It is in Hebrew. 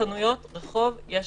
בחנויות רחוב יש